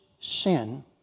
sin